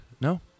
No